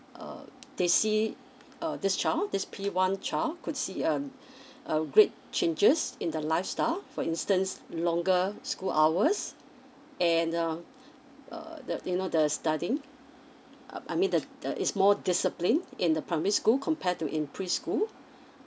uh they see uh this child this P one child could see a a great changes in the lifestyle for instance longer school hours and uh uh the you know the studying uh I mean the the is more discipline in the primary school compare to in preschool